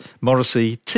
Morrissey